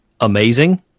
amazing